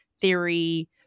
theory